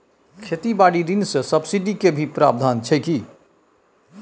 खेती बारी ऋण ले सब्सिडी के भी प्रावधान छै कि?